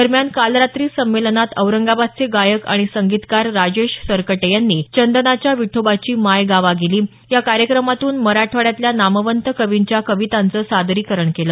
दरम्यान काल रात्री संमेलनात औरंगाबादचे गायक आणि संगीतकार राजेश सरकटे यांनी चंदनाच्या विठोबाची माय गावा गेली या कार्यक्रमातून मराठवाड्यातल्या नामवंत कवींच्या कवितांचं सादरीकरण केलं